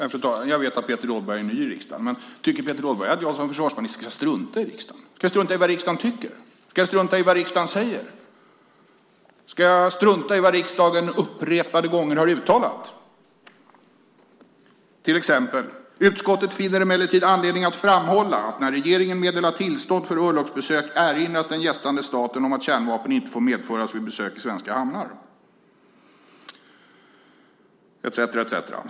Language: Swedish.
Fru talman! Jag vet att Peter Rådberg är ny i riksdagen, men tycker Peter Rådberg att jag som försvarsminister ska strunta i riksdagen, strunta i vad riksdagen tycker? Ska jag strunta i vad riksdagen säger? Ska jag strunta i vad riksdagen upprepade gånger har uttalat? Till exempel har utrikesutskottet sagt: Utskottet finner emellertid anledning att framhålla att när regeringen meddelar tillstånd för örlogsbesök erinras den gästande staten om att kärnvapen inte får medföras vid besök i svenska hamnar, etcetera.